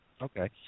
Okay